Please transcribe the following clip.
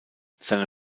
seine